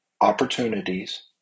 Opportunities